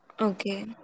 Okay